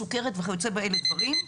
סוכרת וכיוצא כאלה דברים,